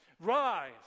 Rise